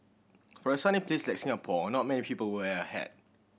for a sunny place like Singapore not many people wear a hat